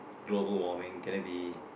global warming can it be